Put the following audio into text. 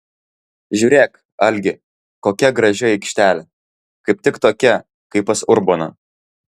žiūrėk algi kokia graži aikštelė kaip tik tokia kaip pas urboną